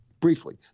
Briefly